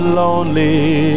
lonely